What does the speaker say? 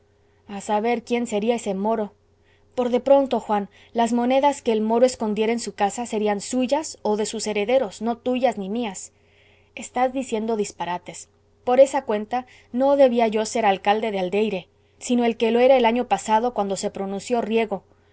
a saber quién sería ese moro por de pronto juan las monedas que el moro escondiera en su casa serían suyas o de sus herederos no tuyas ni mías estás diciendo disparates por esa cuenta no debía yo ser alcalde de aldeire sino el que lo era el año pasado cuando se pronunció riego